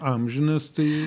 amžinas tai